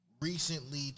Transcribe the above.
recently